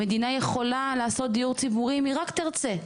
המדינה יכולה לעשות דיור ציבורי אם היא רק תרצה,